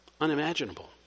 Unimaginable